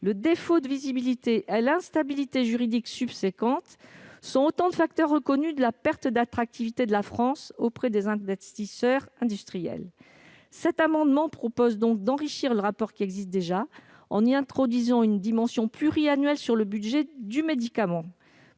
Le défaut de visibilité et l'instabilité juridique subséquente constituent des facteurs reconnus de la perte d'attractivité de la France auprès des investisseurs industriels. Aussi, cet amendement tend à enrichir le rapport existant en y introduisant une dimension pluriannuelle relative au budget du médicament,